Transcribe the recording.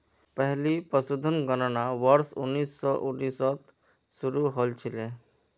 पहली पशुधन गणना वर्ष उन्नीस सौ उन्नीस त शुरू हल छिले